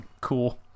cool